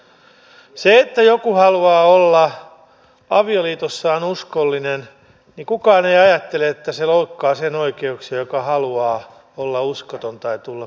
kukaan ei ajattele että se että joku haluaa olla avioliitossaan uskollinen ikukaan ei ajattele että se loukkaisi sen oikeuksia joka haluaa olla uskoton tai tulla petetyksi